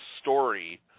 story